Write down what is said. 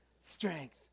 Strength